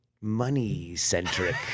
money-centric